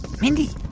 mindy,